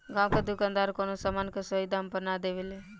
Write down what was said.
गांव के दुकानदार कवनो समान के सही दाम पर ना देवे ले